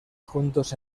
juntos